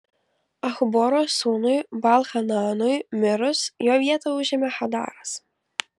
achboro sūnui baal hananui mirus jo vietą užėmė hadaras